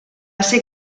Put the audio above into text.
ser